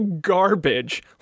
garbage